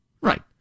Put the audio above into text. Right